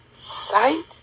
sight